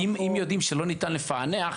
כי אם יודעים שאי אפשר לפענח,